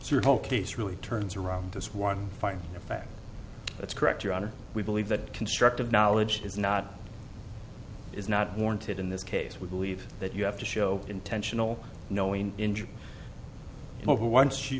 your whole case really turns around this one point of fact that's correct your honor we believe that constructive knowledge is not is not warranted in this case we believe that you have to show intentional knowing injury who once she